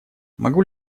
могу